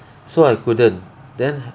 so I couldn't then